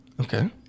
Okay